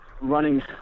running